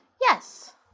Yes